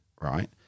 right